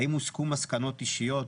האם הוסקו מסקנות אישיות,